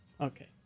Okay